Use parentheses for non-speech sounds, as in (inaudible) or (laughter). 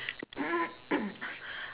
(coughs)